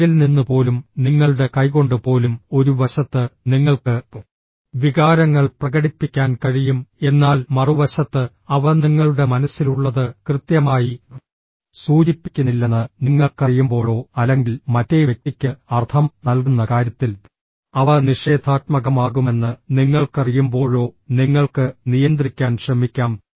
പുറകിൽ നിന്ന് പോലും നിങ്ങളുടെ കൈകൊണ്ട് പോലും ഒരു വശത്ത് നിങ്ങൾക്ക് വികാരങ്ങൾ പ്രകടിപ്പിക്കാൻ കഴിയും എന്നാൽ മറുവശത്ത് അവ നിങ്ങളുടെ മനസ്സിലുള്ളത് കൃത്യമായി സൂചിപ്പിക്കുന്നില്ലെന്ന് നിങ്ങൾക്കറിയുമ്പോഴോ അല്ലെങ്കിൽ മറ്റേ വ്യക്തിക്ക് അർത്ഥം നൽകുന്ന കാര്യത്തിൽ അവ നിഷേധാത്മകമാകുമെന്ന് നിങ്ങൾക്കറിയുമ്പോഴോ നിങ്ങൾക്ക് നിയന്ത്രിക്കാൻ ശ്രമിക്കാം